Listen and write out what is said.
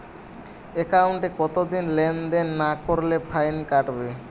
একাউন্টে কতদিন লেনদেন না করলে ফাইন কাটবে?